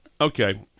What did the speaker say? Okay